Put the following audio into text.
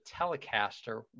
Telecaster